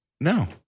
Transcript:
No